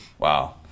Wow